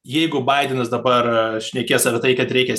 jeigu baidenas dabar šnekės apie tai kad reikia